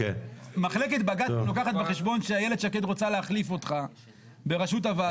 מחלקת בג"צים לוקחת בחשבון שאיילת שקד רוצה להחליף אותך בראשות הוועדה,